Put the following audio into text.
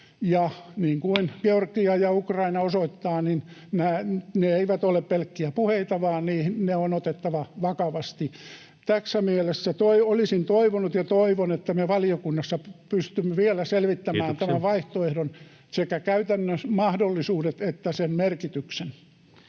niin kuin Georgia ja Ukraina osoittavat, ne eivät ole pelkkiä puheita vaan ne on otettava vakavasti. Tässä mielessä olisin toivonut ja toivon, [Puhemies: Kiitoksia!] että me valiokunnassa pystymme vielä selvittämään tämän vaihtoehdon, sekä sen käytännön mahdollisuudet että sen merkityksen.